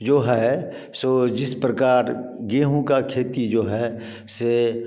जो है सो जिस प्रकार गेहूँ की खेती जो है से